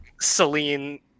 Celine